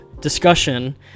discussion